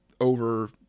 over